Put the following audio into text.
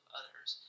others